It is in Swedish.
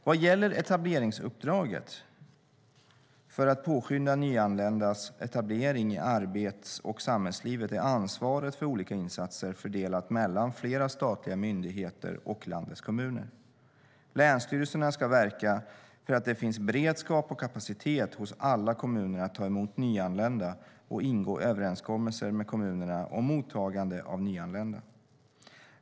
Vad gäller etableringsuppdraget för att påskynda nyanländas etablering i arbets och samhällslivet är ansvaret för olika insatser fördelat mellan flera statliga myndigheter och landets kommuner. Länsstyrelserna ska verka för att det finns beredskap och kapacitet hos alla kommuner att ta emot nyanlända och ingå överenskommelser med kommunerna om mottagande av nyanlända.